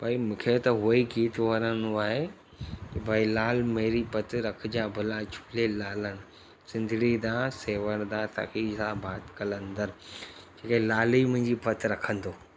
भाई मूंखे त उहो ई गीतु वणंदो आहे की भाई लाल मेरी पत रखिजे भला झूले लालण सिंधणी दा सेवण दा सख़ी शहबाज़ क़लंदर जेके लाल ई मुंहिंजी पत रखंदो